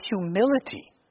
humility